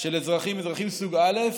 של אזרחים: אזרחים סוג א'